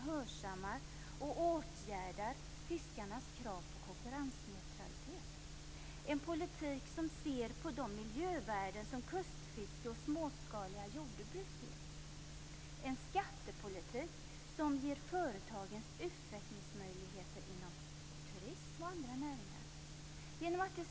En sådan politik hörsammar fiskarnas krav på konkurrensneutralitet och ser till de miljövärden som kustfiske och småskaliga jordbruk ger. Det krävs en skattepolitik som ger utvecklingsmöjligheter till småföretag inom turism och andra näringar.